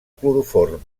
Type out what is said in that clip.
cloroform